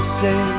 say